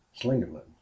Slingerland